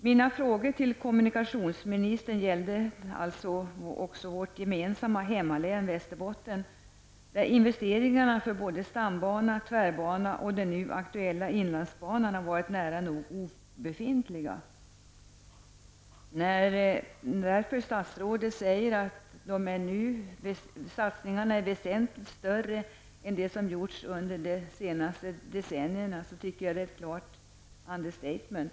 Mina frågor till kommunikationsministern gällde vårt gemensamma hemlän Västerbotten, där investeringarna när det gäller både stambanan, tvärbanan och den nu aktuella inlandsbanan har varit nära nog obefintliga. När statsrådet nu säger att satsningarna är väsentligt större än de som har gjorts under de senaste decennierna, tycker jag att det är ett klart understatement.